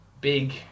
big